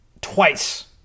twice